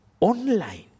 online